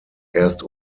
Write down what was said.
erst